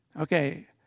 Okay